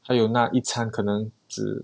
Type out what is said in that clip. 还有那一餐可能只